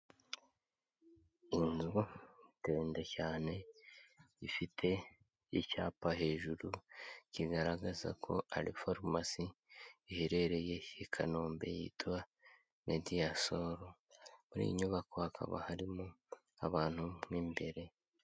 Inzu ndende cyane ifite icyapa hejuru kigaragaza ko ari pharmacy, iherereye i Kanombe yitwa Mediasol, muri iyi nyubako hakaba harimo abantu mo imbere.